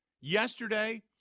Yesterday